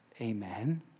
amen